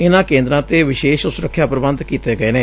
ਇਨ੍ਹਾਂ ਕੇਂਦਰਾਂ ਤੋਂ ਵਿਸ਼ੇਸ਼ ਸੁਰੱਖਿਆ ਪ੍ਰੰਬਧ ਕੀਤੇ ਗਏ ਨੇ